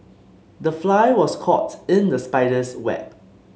the fly was caught in the spider's web